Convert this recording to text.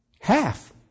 Half